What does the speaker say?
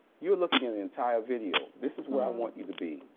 you're looking at the entire video. this is where i want you to be.